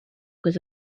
was